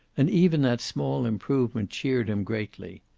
and even that small improvement cheered him greatly.